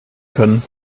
können